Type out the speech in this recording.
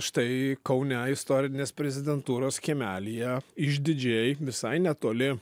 štai kaune istorinės prezidentūros kiemelyje išdidžiai visai netoli